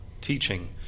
teaching